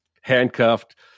handcuffed